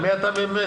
על מי אתה עובד?